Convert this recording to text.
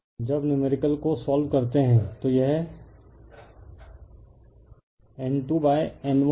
तो I2 जब numerical को सोल्व करते हैं तो यह N2N1I2 होगा जो हम करेंगे